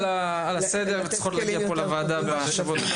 לתת כלים יותר טובים בשביל מקרים כאלה.